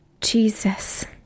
Jesus